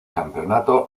campeonato